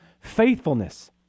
faithfulness